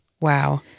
Wow